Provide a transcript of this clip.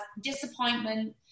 disappointment